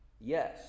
Yes